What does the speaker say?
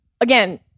Again